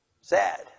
sad